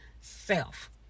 self